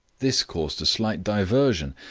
this caused a slight diversion,